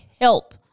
help